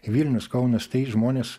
vilnius kaunas tai žmonės